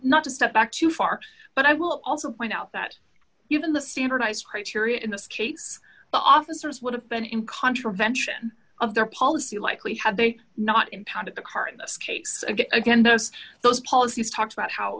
not to step back too far but i will also point out that given the standardized criteria in this case the officers would have been in contravention of their policy likely had they not impounded the car in this case again because those policies talked about how